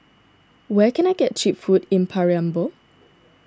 where can I get Cheap Food in Paramaribo